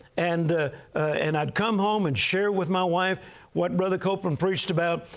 and and i'd come home and share with my wife what brother copeland preached about.